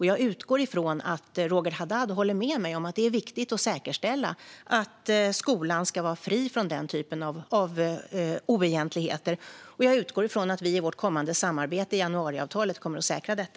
Jag utgår från att Roger Haddad håller med mig om att det är viktigt att säkerställa att skolan ska vara fri från den typen av oegentligheter. Jag utgår också från att vi i vårt kommande samarbete efter januariavtalet kommer att säkra detta.